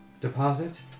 deposit